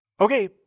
Okay